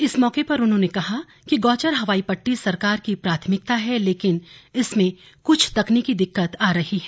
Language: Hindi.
इस मौके पर उन्होंने कहा कि गौचर हवाई पट्टी सरकार की प्राथमिकता है लेकिन इसमें कुछ तकनीकी दिक्कत आ रही है